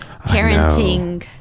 parenting